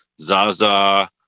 Zaza